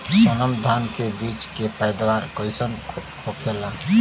सोनम धान के बिज के पैदावार कइसन होखेला?